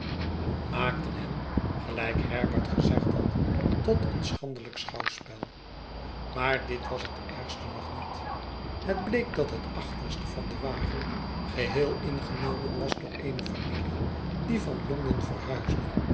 had tot een schandelijk schouwspel maar dit was het ergste nog niet hetbleek dat het achterste van den wagen geheel ingenomen was door eene familie die van londen verhuisde